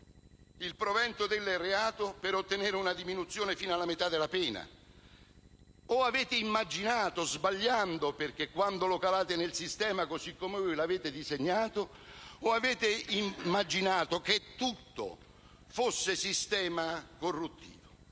il provento del reato per ottenere una diminuzione fino alla metà della pena o avete immaginato, sbagliando quando lo calate nel sistema per come l'avete disegnato, che tutto fosse sistema corruttivo?